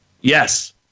Yes